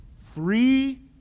three